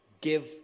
Give